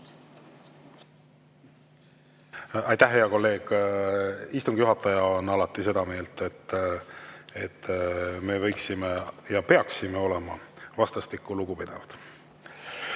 Aitäh, hea kolleeg! Istungi juhataja on alati seda meelt, et me võiksime olla ja peaksime olema vastastikku lugupidavad.